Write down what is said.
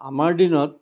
আমাৰ দিনত